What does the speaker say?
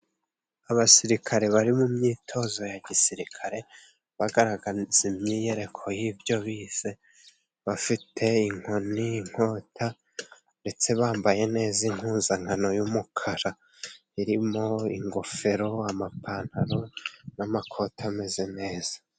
Abasirikare bari mu myitozo ya gisirikare bagaragaza imyiyereko y'ibyo bize, bafite inkoni, inkota, ndetse bambaye neza impuzankano y'umukara, irimo ingofero, amapantaro n'amakoti ameze neza.